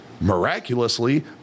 miraculously